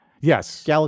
Yes